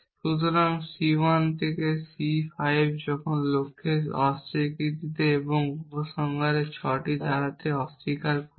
সুতরাং C 1 থেকে C 5 যখন লক্ষ্যের অস্বীকৃতি এবং উপসংহারের 6টি ধারাটি অস্বীকার করা হয়